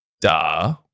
Duh